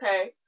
Okay